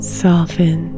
soften